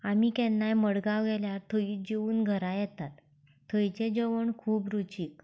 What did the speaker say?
आमीं केन्नाय मडगांव गेल्यार थंय जेवन घरा येतात थंयचें जेवण खूब रूचीक